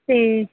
ਅਤੇ